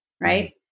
Right